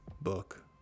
book